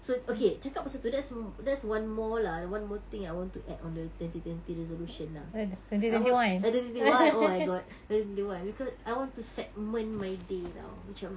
so okay cakap pasal tu that's there's one more lah one more thing I want to add on the twenty twenty resolution lah twenty twenty one oh my god twenty twenty one because I want to segment my day [tau] macam